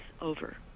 over